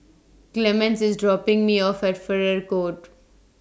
Clemence IS dropping Me off At Farrer Court